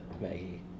Maggie